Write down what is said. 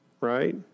right